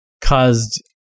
caused